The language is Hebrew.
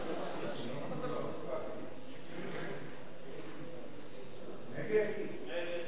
ההסתייגות של חברי הכנסת דב חנין, מוחמד ברכה,